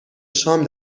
شام